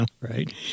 right